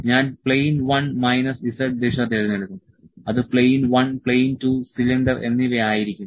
ഞാൻ plane one minus z ദിശ തിരഞ്ഞെടുക്കും അത് പ്ലെയിൻ 1 പ്ലെയിൻ 2 സിലിണ്ടർ എന്നിവ ആയിരിക്കും